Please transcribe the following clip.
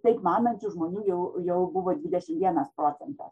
taip manančių žmonių jau jau buvo dvidešimt vienas procentas